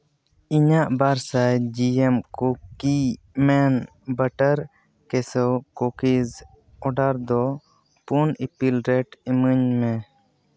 ᱤᱧᱟᱹᱜ ᱵᱟᱨᱥᱟᱭ ᱡᱤ ᱮᱢ ᱠᱩᱠᱤᱢᱮᱱ ᱵᱟᱴᱟᱨ ᱠᱮᱥᱳ ᱠᱩᱠᱤᱡᱽ ᱚᱰᱟᱨ ᱫᱚ ᱯᱩᱱ ᱤᱯᱤᱞ ᱨᱮᱴ ᱤᱢᱟᱹᱧᱢᱮ